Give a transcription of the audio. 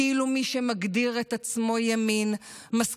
כאילו מי שמגדיר את עצמו ימין מוכן לממשלה קיצונית,